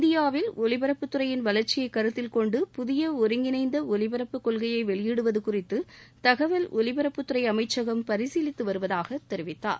இந்தியாவில் ஒலிபரப்புத்துறையின் வளர்ச்சியை கருத்தில்கொண்டு புதிய ஒருங்கிணைந்த ஒலிபரப்புக் கொள்கையை வெளியிடுவது குறித்து தகவல் ஒலிபரப்புத்துறை அமைச்சகம் பரிசீலித்து வருவதாக தெரிவித்தார்